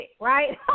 right